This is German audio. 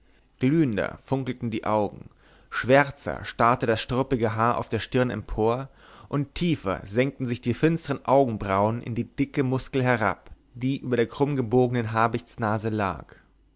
glühender funkelten die augen schwärzer starrte das struppige haar auf der stirn empor und tiefer senkten sich die finstern augenbrauen in die dicke muskel herab die über der krummgebogenen habichtsnase lag